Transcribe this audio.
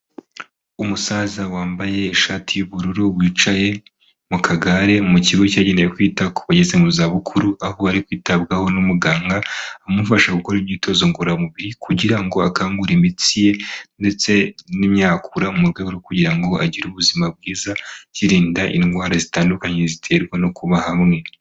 Umusaza wambaye ishati y'ubururu wicaye mu kagare mu kigo cya genewe kwita ku bageze mu za bukuru, aho ari kwitabwaho n'umuganga umufasha gukora imyitozo ngororamubiri, kugira ngo akangure imitsi ye ndetse n'imyakura mu rwego rwo kugira ngo agire ubuzima bwiza, yirinda indwara zitandukanye ziterwa no kuba hamwe.